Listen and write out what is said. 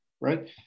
right